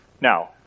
Now